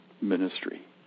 ministry